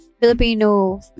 Filipino